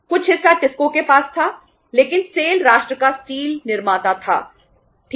steel sector निर्माता था ठीक है